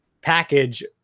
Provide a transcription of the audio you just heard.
package